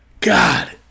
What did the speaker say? God